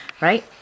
right